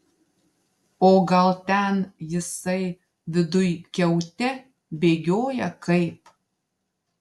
o gal ten jisai viduj kiaute bėgioja kaip